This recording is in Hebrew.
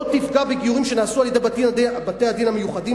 לא תפגע בגיורים שנעשו על-ידי בתי-הדין המיוחדים,